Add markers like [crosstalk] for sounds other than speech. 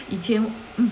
[laughs] 以前